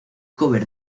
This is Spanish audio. cover